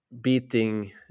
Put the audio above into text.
beating